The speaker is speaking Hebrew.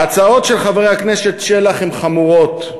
ההצעות של חבר הכנסת שלח הן חמורות,